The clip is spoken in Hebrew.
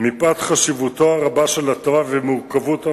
כך גם באזור עטרות.